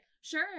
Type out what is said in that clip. Sure